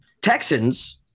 Texans